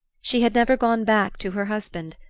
she had never gone back to her husband,